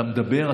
אתה מדבר,